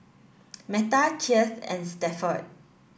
Metta Keith and Stafford